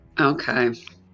Okay